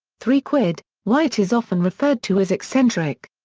three quid white is often referred to as eccentric.